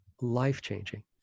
life-changing